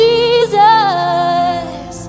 Jesus